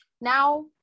Now